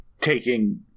taking